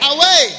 Away